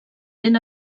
ben